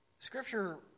Scripture